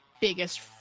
biggest